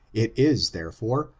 it is, therefore,